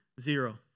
Zero